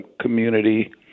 community